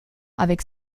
avec